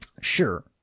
Sure